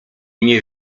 nie